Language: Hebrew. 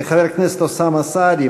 חבר הכנסת אוסאמה סעדי,